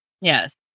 yes